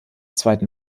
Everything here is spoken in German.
zweiten